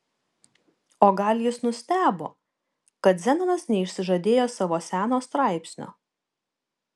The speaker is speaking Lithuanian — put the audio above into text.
o gal jis nustebo kad zenonas neišsižadėjo savo seno straipsnio